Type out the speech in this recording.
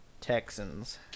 Texans